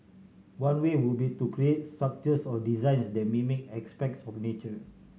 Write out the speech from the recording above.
one way would be to create structures or designs that mimic aspects of nature